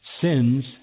sins